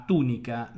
Tunica